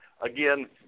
again